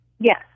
Yes